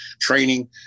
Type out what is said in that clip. Training